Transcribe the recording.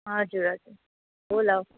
हजुर हजुर होला